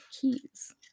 keys